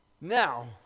Now